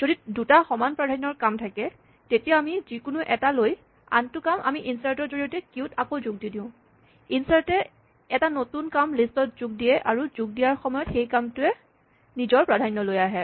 যদি দুটা সমান প্ৰাধান্যৰ কাম থাকে তেতিয়া আমি যিকোনো এটা লৈ আনটো কাম আমি ইনচাৰ্ট ৰ সহায়ত কিউত আকৌ যোগ দি দিওঁ ইনচাৰ্টে এটা নতুন কাম লিষ্টত যোগ দিয়ে আৰু যোগ দিয়াৰ সময়ত সেই কামটোৱে নিজৰ প্ৰাধান্য লৈ আহে